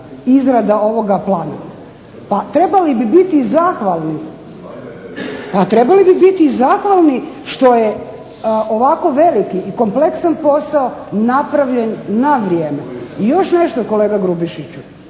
izrada ovoga plana. Pa trebali bi biti zahvalni što je ovako veliki i kompleksan posao napravljen na vrijeme. I još nešto kolega Grubišiću.